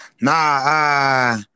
Nah